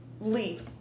leave